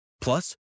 Plus